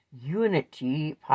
unity